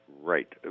right